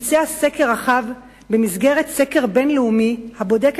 ביצע סקר רחב במסגרת סקר בין-לאומי הבודק